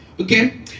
Okay